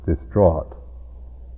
distraught